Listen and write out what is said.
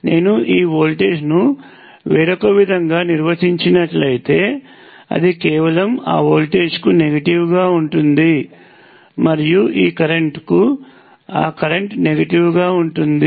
నేను ఈ వోల్టేజ్ను వేరొకవిధంగా నిర్వచించినట్లయితే అది కేవలం ఆ వోల్టేజ్ కు నెగటివ్ గా ఉంటుంది మరియు ఈ కరెంట్ కు ఆ కరెంట్ నెగటివ్ గా ఉంటుంది